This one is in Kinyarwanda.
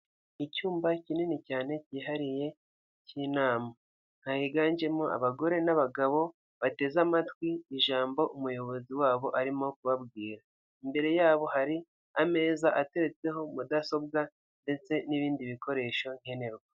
Mu karere ka Muhanga habereyemo irushanwa ry'amagare riba buri mwaka rikabera mu gihugu cy'u Rwanda, babahagaritse ku mpande kugira ngo hataba impanuka ndetse n'abari mu irushanwa babashe gusiganwa nta nkomyi.